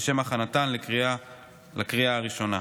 לשם הכנתן לקריאה הראשונה.